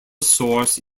source